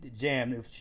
jam